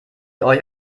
euch